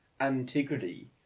antiquity